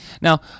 Now